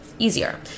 Easier